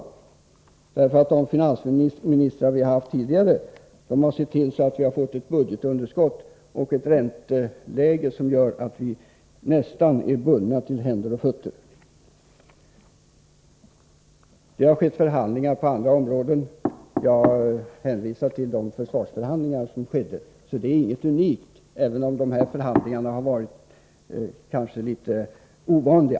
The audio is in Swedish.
De närmast föregående finansministrarna såg till att vi fick ett budgetunderskott och en räntebörda som gör att vi nästan är bundna till händer och fötter. Det har förekommit förhandlingar på andra områden; jag hänvisar till försvarsförhandlingarna. Det är alltså inget unikt, även om de här förhandlingarna kanske har varit litet ovanliga.